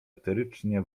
eterycznie